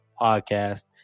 podcast